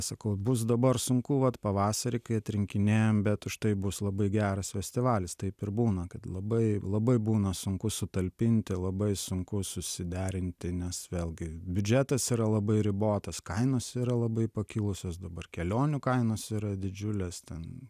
sakau bus dabar sunku vat pavasarį kai atrinkinėjam bet užtai bus labai geras festivalis taip ir būna kad labai labai būna sunku sutalpinti labai sunku susiderinti nes vėlgi biudžetas yra labai ribotas kainos yra labai pakilusios dabar kelionių kainos yra didžiulės ten